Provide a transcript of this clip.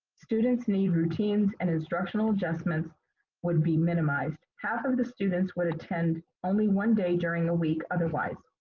students need routines and instructional adjustments would be minimized. half of the students would attend only one day during the week otherwise.